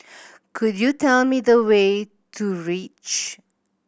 could you tell me the way to Reach